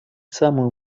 самую